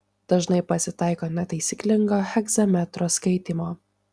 dažnai pasitaiko netaisyklingo hegzametro skaitymo